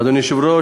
ואדוני היושב-ראש,